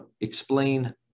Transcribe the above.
explain